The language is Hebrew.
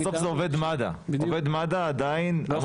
זאת צריכה להיות רשימה סגורה.